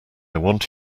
want